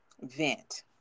vent